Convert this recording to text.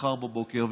מחר בבוקר.